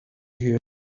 here